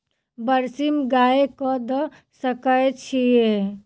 बरसीम गाय कऽ दऽ सकय छीयै?